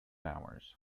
hours